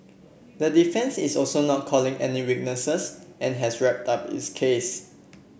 the defence is also not calling any witnesses and has wrapped up its case